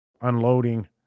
unloading